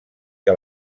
que